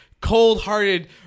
cold-hearted